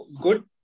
good